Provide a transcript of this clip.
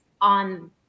on